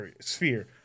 sphere